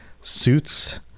suits